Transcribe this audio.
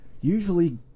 usually